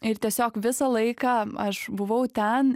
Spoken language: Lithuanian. ir tiesiog visą laiką aš buvau ten